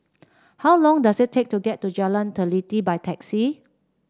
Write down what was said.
how long does it take to get to Jalan Teliti by taxi